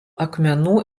akmenų